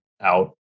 out